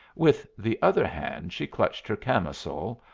with the other hand she clutched her camisole,